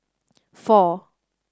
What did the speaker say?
four